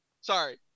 Sorry